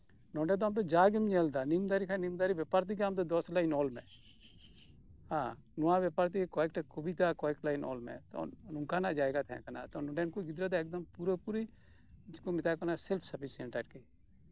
ᱱᱚᱰᱮ ᱫᱚ ᱡᱟᱜᱮᱢ ᱧᱮᱞ ᱫᱟ ᱱᱤᱢ ᱫᱟᱨᱮ ᱠᱷᱟᱡ ᱱᱤᱢ ᱫᱟᱨᱮ ᱵᱮᱯᱟᱨ ᱛᱮᱜᱮ ᱟᱢ ᱫᱚ ᱫᱚᱥ ᱞᱟᱭᱤᱱ ᱚᱞ ᱢᱮ ᱱᱚᱣᱟ ᱵᱮᱯᱟᱨᱛᱮ ᱠᱚᱭᱮᱠ ᱞᱟᱭᱤᱱ ᱚᱞ ᱢᱮ ᱪᱮᱫ ᱞᱮᱠᱟ ᱡᱟᱭᱜᱟ ᱛᱟᱸᱦᱮᱠᱟᱱᱟ ᱩᱱᱠᱩ ᱜᱤᱫᱽᱨᱟᱹ ᱫᱚᱠᱚ ᱢᱮᱛᱟ ᱠᱚ ᱠᱟᱱᱟ ᱯᱩᱨᱟᱹᱯᱩᱨᱤ ᱥᱮᱵᱷ ᱥᱟᱨᱵᱷᱤᱥ ᱥᱮᱱᱴᱟᱨ